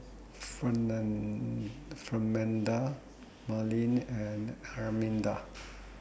Fernanda Madlyn and Arminda